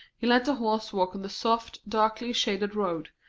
he let the horses walk on the soft, darkly shaded road,